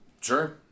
Sure